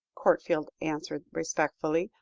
courtfield answered respectfully,